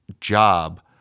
job